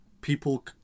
people